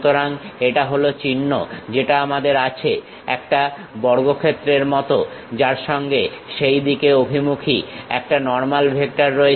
সুতরাং এটা হলো চিহ্ন যেটা আমাদের আছে একটা বর্গক্ষেত্রের মত যার সঙ্গে সেই দিকে অভিমুখী একটা নর্মাল ভেক্টর রয়েছে